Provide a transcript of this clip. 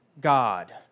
God